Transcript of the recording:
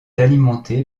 alimenté